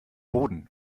boden